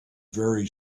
very